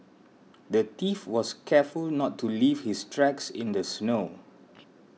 the thief was careful not to leave his tracks in the snow